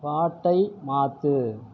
பாட்டை மாற்று